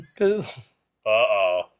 Uh-oh